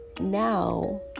now